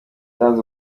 yatanze